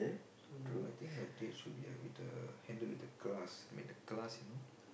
so I think a date should be with a handed with a glass I mean the class you know